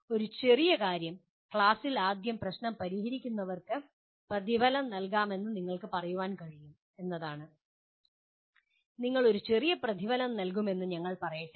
ഒരു ചെറിയ കാര്യം ക്ലാസ്സിൽ ആദ്യം പ്രശ്നം പരിഹരിക്കുന്നവർക്ക് പ്രതിഫലം നൽകാമെന്ന് നിങ്ങൾക്ക് പറയാൻ കഴിയും എന്നതാണ് നിങ്ങൾ ഒരു ചെറിയ പ്രതിഫലം നൽകുമെന്ന് ഞങ്ങൾ പറയട്ടെ